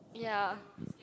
ya